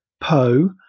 Poe